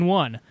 one